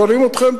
שואלים אתכם?